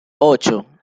ocho